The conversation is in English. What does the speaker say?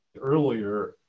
earlier